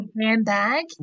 handbag